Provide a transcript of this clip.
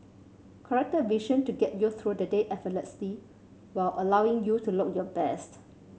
corrected vision to get you through the day effortlessly while allowing you to look your best